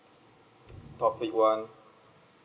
topic one